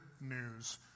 news